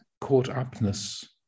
caught-upness